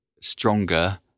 stronger